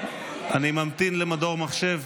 אני ממתין למדור מחשב.